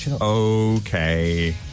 Okay